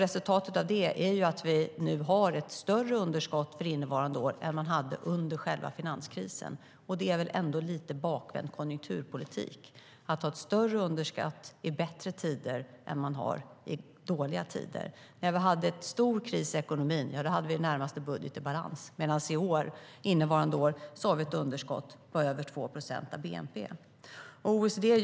Resultatet av det är att vi nu har ett större underskott för innevarande år än vi hade under själva finanskrisen. Det är väl ändå lite bakvänd konjunkturpolitik att ha ett större underskott i bättre tider än man har i dåliga tider. När vi hade en stor kris i ekonomin hade vi en budget i det närmaste i balans, medan vi innevarande år har ett underskott på över 2 procent av bnp.